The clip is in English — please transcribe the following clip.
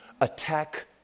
Attack